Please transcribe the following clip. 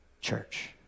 church